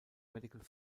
medical